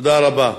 תודה רבה.